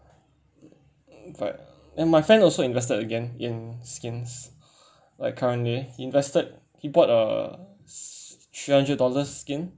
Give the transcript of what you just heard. but and my friend also invested again in skins like currently invested he bought uh three hundred dollars skin